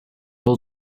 will